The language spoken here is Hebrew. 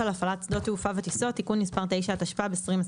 התש"ף-2020